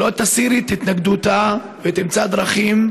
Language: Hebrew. לא תסיר את התנגדותה ותמצא דרכים,